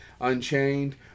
Unchained